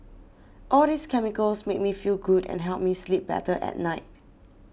all these chemicals make me feel good and help me sleep better at night